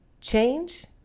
change